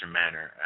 manner